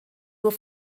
nur